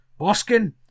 Boskin